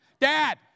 dad